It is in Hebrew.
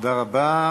תודה רבה.